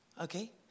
Okay